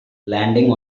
landing